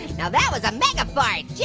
now that was a mega fart. yeah